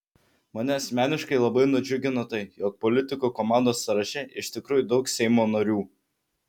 mane asmeniškai labai nudžiugino tai jog politikų komandos sąraše iš tikrųjų daug seimo narių